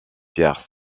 cuers